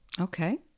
Okay